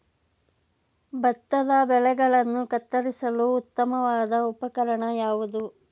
ಭತ್ತದ ಬೆಳೆಗಳನ್ನು ಕತ್ತರಿಸಲು ಉತ್ತಮವಾದ ಉಪಕರಣ ಯಾವುದು?